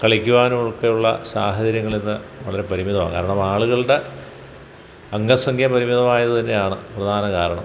കളിക്കുവാനും ഒക്കെ ഉള്ള സാഹചര്യങ്ങൾ ഇന്ന് വളരെ പരിമിതമാണ് കാരണം ആളുകളുടെ അംഗസംഖ്യ പരിമിതമായത് തന്നെയാണ് പ്രധാന കാരണം